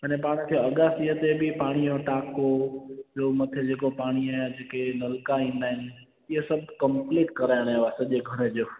अने पाण खे अगासीअ ते बि पाणी जो टाको ॿियों मथे जेको पाणी जा जेके नलका ईंदा आहिनि इहो सभु कंप्लीट कराइणो आहे सॼे घर जो